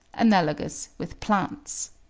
analogous with plants.